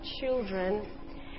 children